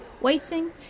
Waiting